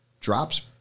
drops